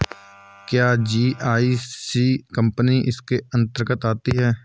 क्या GIC company इसके अन्तर्गत आती है?